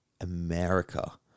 America